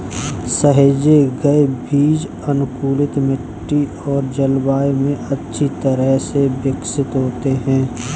सहेजे गए बीज अनुकूलित मिट्टी और जलवायु में अच्छी तरह से विकसित होते हैं